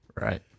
Right